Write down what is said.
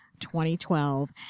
2012